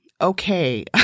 okay